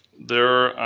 there,